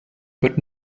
but